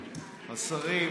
השרים,